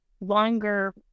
longer